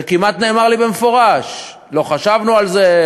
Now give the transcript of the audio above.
זה כמעט נאמר לי במפורש: לא חשבנו על זה,